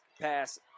Pass